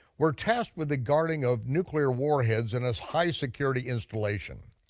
were tasked with the guarding of nuclear warheads in this high security installation.